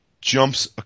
jumps